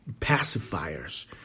pacifiers